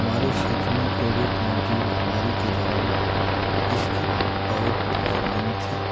हमारे क्षेत्र में कोविड नाईन्टीन महामारी के दौरान स्थित बहुत समान्य थी